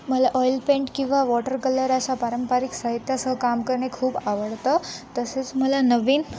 मला oil paint किंवा water colour अशा पारंपरिक साहित्यासह काम करणे खूप आवडतं तसेच मला नवीन